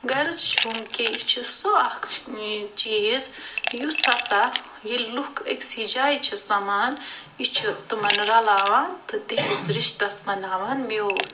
غرض چھُم کہِ یہِ چھُ سُہ اکھ یہِ چیٖز یُس ہسا ییٚلہِ لوکھ أکسٕے جایہِ چھِ سمان یِہِ چھُ تِمن رلاوان تہٕ تہنٛدِس رِشتَس بناوان میٛوٗٹھ